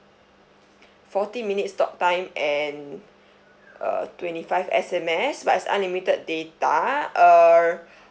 forty minutes talk time and uh twenty five S_M_S but it's unlimited data err